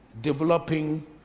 developing